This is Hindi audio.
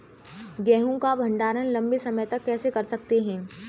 गेहूँ का भण्डारण लंबे समय तक कैसे कर सकते हैं?